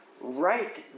right